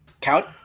Count